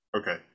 Okay